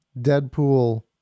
Deadpool